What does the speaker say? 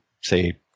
say